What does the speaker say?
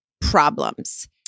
problems